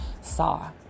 saw